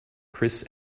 chris